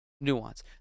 nuance